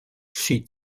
sie